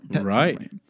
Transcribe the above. Right